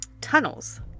tunnels